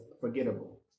forgettable